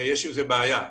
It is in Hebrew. יש עם זה בעיה.